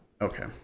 okay